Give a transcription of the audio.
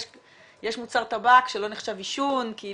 יש מוצר טבק שלא נחשב עישון --- לפי